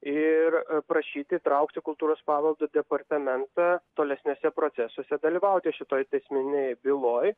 ir prašyti įtraukti kultūros paveldo departamentą tolesniuose procesuose dalyvauti šitoj teisminėj byloj